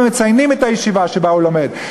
ומציינים את הישיבה שבה הוא לומד.